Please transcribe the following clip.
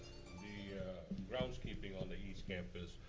the grounds keeping on the east campus.